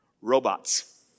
robots